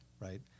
right